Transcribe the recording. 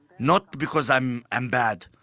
not because i'm i'm bad,